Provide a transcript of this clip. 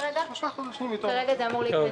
שלושה חודשים מתום --- כרגע זה אמור להיכנס